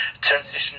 transition